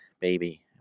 baby